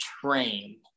Train